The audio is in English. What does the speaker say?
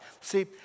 See